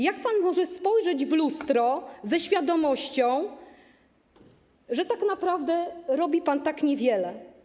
Jak pan może spojrzeć w lustro ze świadomością, że tak naprawdę robi pan tak niewiele?